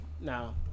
Now